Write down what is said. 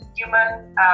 human